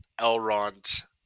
Elrond